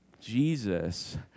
Jesus